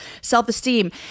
self-esteem